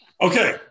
Okay